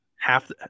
half